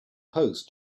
post